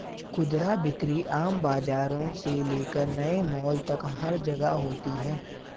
खुदरा बिक्री आम बाजारों से लेकर नए मॉल तक हर जगह होती है